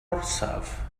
orsaf